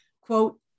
Quote